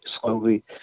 slowly